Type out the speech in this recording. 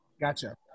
Gotcha